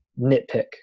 nitpick